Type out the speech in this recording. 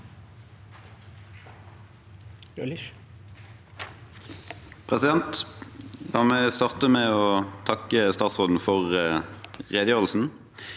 La meg starte med å takke statsråden for redegjørelsen.